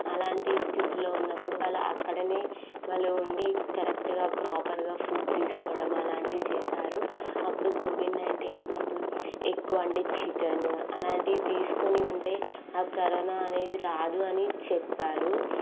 అలాంటి స్థితిలో ఉన్నప్పుడు వాళ్ళు అక్కడ వాళ్ళు ఉండి కరెక్ట్గా ప్రోపర్గా ఫుడ్ తీసుకోవడం అలాంటివి చేశారు అప్పుడు కోవిడ్ నైంటీన్ అప్పుడు ఎక్కువ అంటే చికెను అలాంటివి తీసుకొని ఉంటే ఆ కరోనా అనేది రాదు అని చెప్పారు